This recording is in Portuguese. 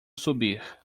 subir